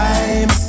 Time